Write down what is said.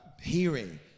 hearing